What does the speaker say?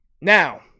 Now